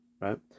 right